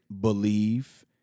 believe